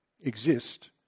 exist